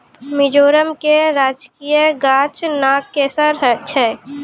मिजोरम के राजकीय गाछ नागकेशर छै